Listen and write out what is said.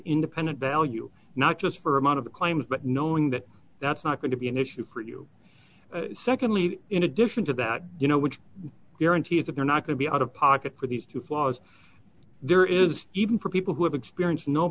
independent value not just for amount of the claims but no knowing that that's not going to be an issue for you secondly in addition to that you know which guarantees appear not to be out of pocket for these two flaws there is even for people who have experience no